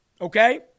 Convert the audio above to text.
okay